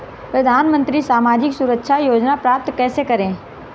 प्रधानमंत्री सामाजिक सुरक्षा योजना प्राप्त कैसे करें?